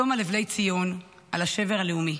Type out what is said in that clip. צום על אבלי ציון, על השבר הלאומי.